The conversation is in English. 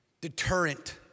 Deterrent